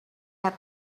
had